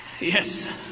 Yes